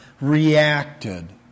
reacted